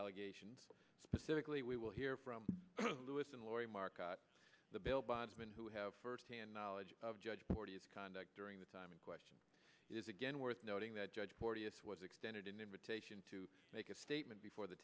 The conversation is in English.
allegations specifically we will hear from lewis and laurie mark the bail bondsmen who have firsthand knowledge of judge porteous conduct during the time in question is again worth noting that judge porteous was extended an invitation to make a statement before the